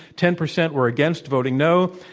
ten percent were against voting no,